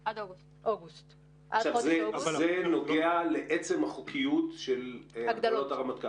זה נוגע לעצם החוקיות של הגדלות הרמטכ"ל?